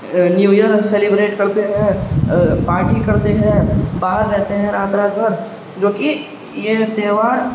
new year celebrate کرتے ہیں party کرتے ہیں باہر رہتے ہیں رات رات بھر جو کہ یہ تہوار